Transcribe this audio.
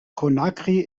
conakry